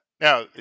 Now